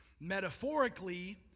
Metaphorically